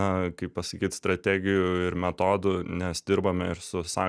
na kaip pasakyt strategijų ir metodų nes dirbame ir su sa